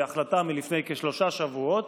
בהחלטה לפני כשלושה שבועות: